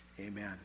Amen